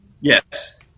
Yes